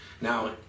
Now